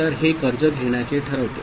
तर हे कर्ज घेण्याचे ठरवते